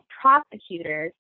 prosecutors